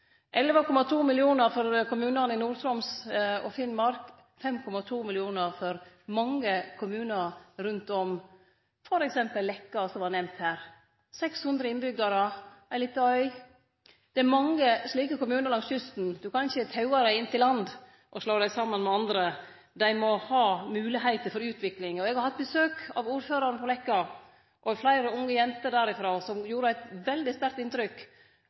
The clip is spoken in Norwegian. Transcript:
11,2 mill. kr for kommunane i Nord-Troms og Finnmark, 5,2 mill. kr for mange kommunar rundt om, f.eks. Leka, som vart nemnd her – 600 innbyggjarar på ei lita øy. Det er mange slike kommunar langs kysten. Du kan ikkje taue dei inn til land og slå dei saman med andre, dei må ha moglegheiter for utvikling. Eg har hatt besøk av ordføraren på Leka, og fleire unge jenter derifrå som gjorde eit veldig sterkt inntrykk